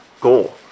goal